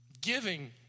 Giving